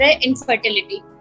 infertility